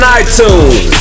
iTunes